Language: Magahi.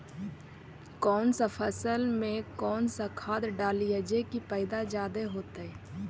कौन फसल मे कौन सा खाध डलियय जे की पैदा जादे होतय?